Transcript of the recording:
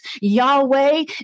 Yahweh